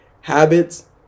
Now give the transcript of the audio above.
habits